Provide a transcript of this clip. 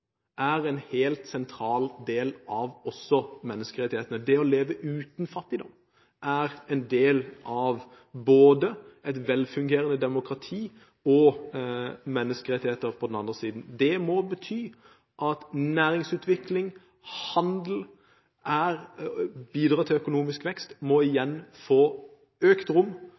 er også en helt sentral del av menneskerettighetene. Det å leve uten fattigdom er en del av både et velfungerende demokrati og menneskerettigheter på den andre siden. Det må bety at hvis næringsutvikling og handel skal bidra til økonomisk vekst, må det igjen få økt rom.